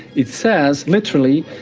it says, literally,